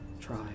Try